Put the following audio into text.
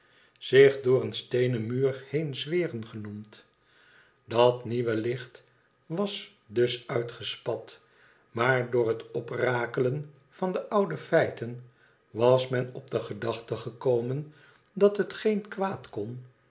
zich door een steenen muur heen zweren genoemd dat nieuwe licht was dus uitgespat maar door he oprakelen van de oude feiten was men op de gedachte gekomen dat het geen kwaad kon